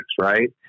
right